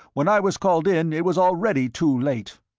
when i was called in it was already too late.